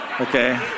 Okay